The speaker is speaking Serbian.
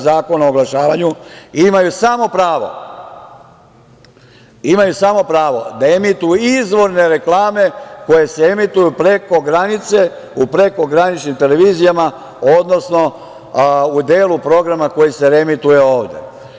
Zakona o oglašavanju, imaju samo pravo da emituju izvorne reklame koje se emituju preko granice u prekograničnim televizijama, odnosno u delu programa koji se reemituje ovde.